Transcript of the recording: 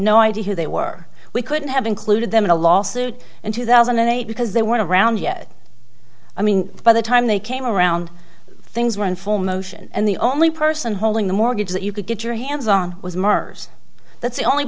no idea who they were we couldn't have included them in a lawsuit in two thousand and eight because they weren't around yet i mean by the time they came around things were in full motion and the only person holding the mortgage that you could get your hands on was mars that's the only